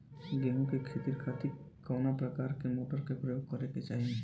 गेहूँ के खेती के खातिर कवना प्रकार के मोटर के प्रयोग करे के चाही?